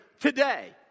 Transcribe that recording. today